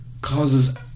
causes